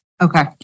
Okay